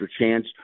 chance